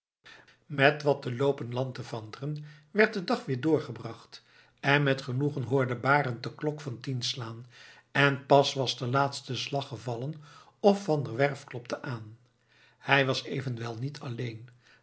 met wat te loopen lanterfanten werd de dag weer doorgebracht en met genoegen hoorde barend de klok van tien slaan en pas was de laatste slag gevallen of van der werff klopte aan hij was evenwel niet alleen